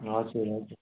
हजुर हजुर